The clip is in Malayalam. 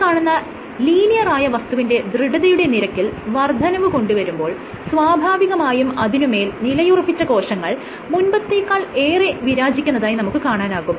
ഈ കാണുന്ന ലീനിയറായ വസ്തുവിന്റെ ദൃഢതയുടെ നിരക്കിൽ വർദ്ധനവ് കൊണ്ടുവരുമ്പോൾ സ്വാഭാവികമായും അതിനുമേൽ നിലയുറപ്പിച്ച കോശങ്ങൾ മുൻപത്തേക്കാളേറെ വിരാചിക്കുന്നതായി നമുക്ക് കാണാനാകും